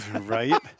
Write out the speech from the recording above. right